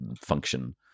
function